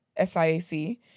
SIAC